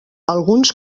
alguns